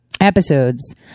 episodes